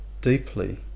deeply